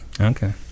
Okay